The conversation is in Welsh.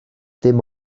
dim